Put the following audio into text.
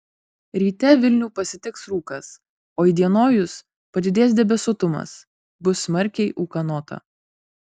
ryte vilnių pasitiks rūkas o įdienojus padidės debesuotumas bus smarkiai ūkanota